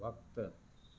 वक़्ति